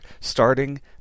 starting